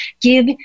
give